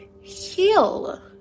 heal